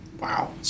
Wow